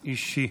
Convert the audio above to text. רבש"צים,